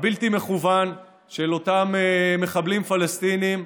הבלתי-מכוון של אותם מחבלים פלסטינים,